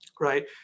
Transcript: Right